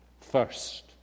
First